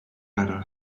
better